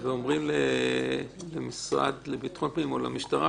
-- ואומרים למשרד לביטחון פנים ולמשטרה,